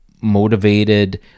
motivated